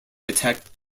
attacked